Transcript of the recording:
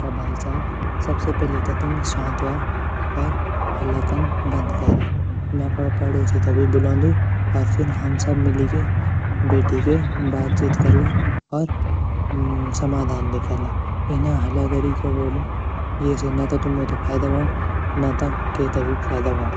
सुणा भाईसाहब सबसे पैली त तुम शांत वा और हल्ला कन बंद करा मैं अपरा पड़ोसी त भी बुलोंदू और फिर हम सभी मिली के बैठी के बातचीत कला और समाधान निकाला इन्या हल्ला करी क्या वोलू ये से ना त तुम्हू त फ़ैदा वोण न त के त भी फ़ैदा वोण।